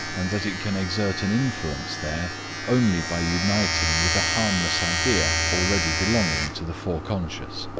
and that it can exert an influence there only by uniting with a harmless idea already belonging to the foreconscious,